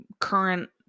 current